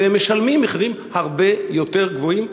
והם משלמים מחירים הרבה יותר גבוהים,